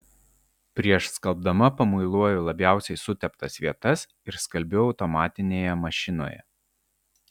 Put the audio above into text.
prieš skalbdama pamuiluoju labiausiai suteptas vietas ir skalbiu automatinėje mašinoje